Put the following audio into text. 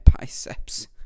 biceps